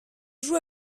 joue